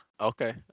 Okay